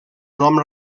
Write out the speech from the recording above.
nom